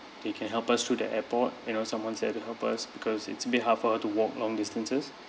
they can help us through the airport you know someone's there to help us because it's a bit hard for her to walk long distances